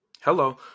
Hello